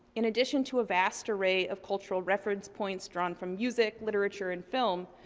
in addition to a vast array of cultural reference points drawn from music, literature and film,